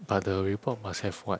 but the report must have what